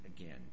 again